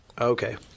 Okay